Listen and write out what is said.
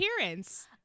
appearance